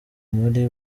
muri